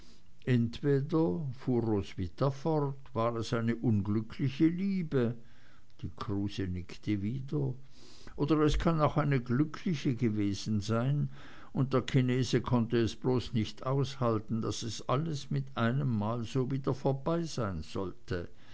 entweder fuhr roswitha fort war es eine unglückliche liebe die kruse nickte wieder oder es kann auch eine glückliche gewesen sein und der chinese konnte es bloß nicht aushalten daß es alles mit einemmal so wieder vorbei sein sollte